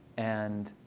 and